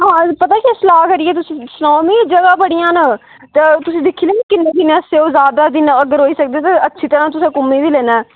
हां हां पता के तुस सलाह् करियै तुस सनाओ मिगी जगह् बाड़िया न ते तुसें दिक्खेआ नी किन्ने दिन अच्छे ज्यादा दिन अगर होई सकै ते अच्छी तरह तुसी घूमी बी लैना हा